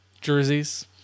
jerseys